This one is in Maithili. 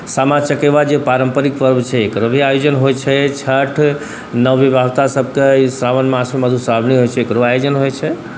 सामा चकेवा जे पारम्परिक पर्व छै एकर भी आयोजन होइ छै छठि नवविवाहितासबके सावन मासमे मधुश्रावणी होइ छै एकरो आयोजन होइ छै